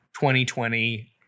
2020